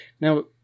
now